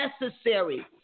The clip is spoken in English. necessary